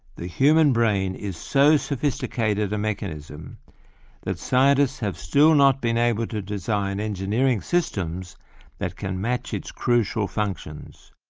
the human brain is so sophisticated a mechanism that scientists have still not been able to design engineering systems that can match its crucial functions.